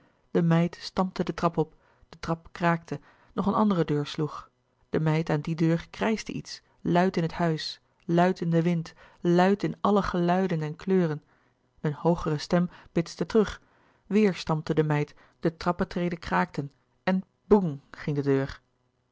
de meid stampte de trap op de trap kraakte nog een andere deur sloeg de meid aan die deur krijschte iets louis couperus de boeken der kleine zielen luid in het huis luid in den wind luid in alle geluiden en kleuren een hoogere stem bitste terug weêr stampte de meid de trappetreden kraakten en boeng ging de deur